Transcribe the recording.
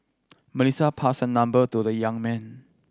Melissa passed her number to the young man